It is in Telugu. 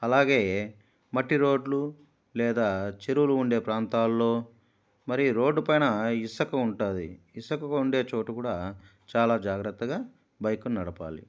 అలాగే మట్టి రోడ్లు లేదా చెరువులు ఉండే ప్రాంతాల్లో మరి రోడ్డు పైన ఇసక ఉంటాది ఇసక ఉండే చోటు కూడా చాలా జాగ్రత్తగా బైకు నడపాలి